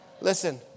listen